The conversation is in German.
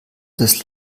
das